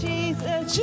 Jesus